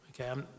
okay